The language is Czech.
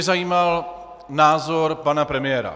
Zajímal by mě názor pana premiéra.